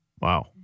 Wow